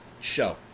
show